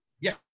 Yes